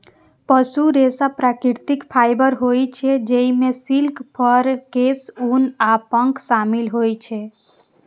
पशु रेशा प्राकृतिक फाइबर होइ छै, जइमे सिल्क, फर, केश, ऊन आ पंख शामिल होइ छै